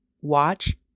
watch